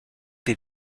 den